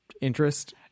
interest